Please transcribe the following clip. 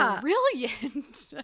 brilliant